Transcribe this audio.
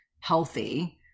healthy